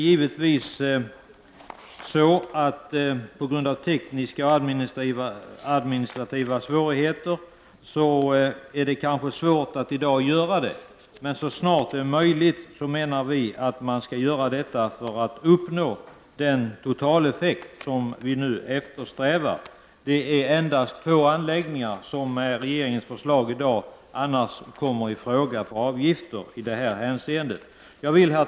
Givetvis är det kanske på grund av tekniska och administrativa svårigheter svårt att göra detta i dag. Men så snart det är möjligt menar vi moderater att man skall göra detta för att uppnå den totaleffekt som eftersträvas. Det är med regeringens förslag få anläggningar som kommer i fråga för avgifter i detta hänseende. Herr talman!